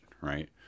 right